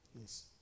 yes